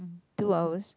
two hours